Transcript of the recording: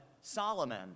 Solomon